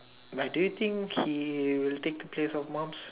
but do you think he will take pictures of moms